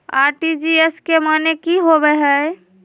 RTGS के माने की होबो है?